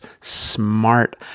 smart